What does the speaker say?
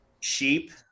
sheep